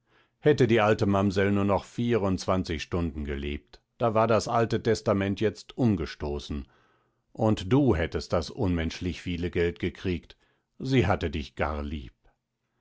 hätte die alte mamsell nur noch vierundzwanzig stunden gelebt da war das alte testament jetzt umgestoßen und du hättest das unmenschlich viele geld gekriegt sie hatte dich gar lieb